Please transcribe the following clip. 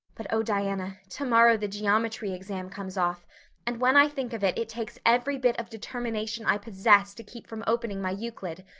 but oh, diana, tomorrow the geometry exam comes off and when i think of it it takes every bit of determination i possess to keep from opening my euclid.